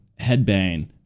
headbang